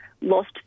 lost